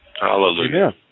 Hallelujah